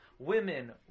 women